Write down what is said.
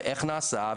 איך נעשה,